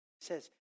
says